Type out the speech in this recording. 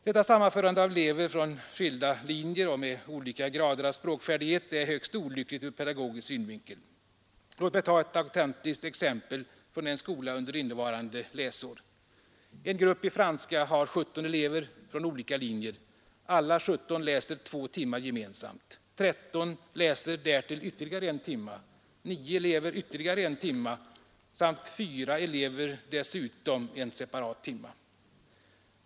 Detta sammanförande av elever från skilda linjer och med olika grader av språkfärdighet är högst olyckligt ur pedagogisk synvinkel. Låt mig ta ett autentiskt exempel från en skola under innevarande läsår. En grupp i franska har 17 elever från olika linjer. Alla 17 läser 2 timmar gemensamt, 13 läser därtill ytterligare 1 timme, nio elever ännu 1 timme samt fyra elever dessutom en separat timme.